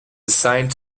assigned